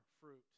fruit